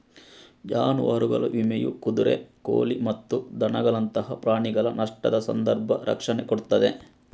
ಜಾನುವಾರುಗಳ ವಿಮೆಯು ಕುದುರೆ, ಕೋಳಿ ಮತ್ತು ದನಗಳಂತಹ ಪ್ರಾಣಿಗಳ ನಷ್ಟದ ಸಂದರ್ಭ ರಕ್ಷಣೆ ಕೊಡ್ತದೆ